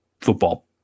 football